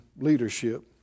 leadership